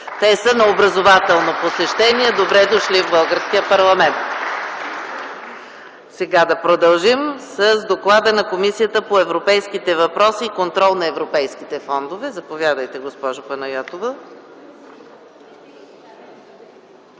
Те са на образователно посещение. Добре дошли в българския парламент! (Ръкопляскания.) Продължаваме с доклада на Комисията по европейските въпроси и контрол на европейските фондове. Заповядайте, госпожо Панайотова.